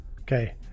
Okay